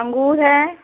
अंगूर है